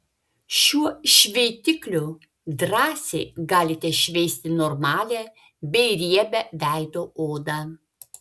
šiuo šveitikliu drąsiai galite šveisti normalią bei riebią veido odą